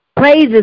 praises